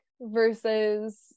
versus